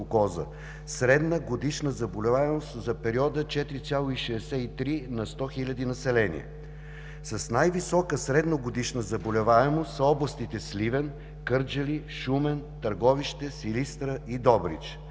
средна годишна заболеваемост за периода 4,63 на 100 хиляди население. С най-висока средногодишна заболеваемост са областите Сливен, Кърджали, Шумен, Търговище, Силистра и Добрич.